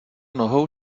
nohou